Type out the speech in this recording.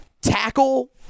tackle